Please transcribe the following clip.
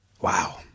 Wow